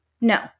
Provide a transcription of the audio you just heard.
No